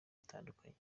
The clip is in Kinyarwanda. itandukanye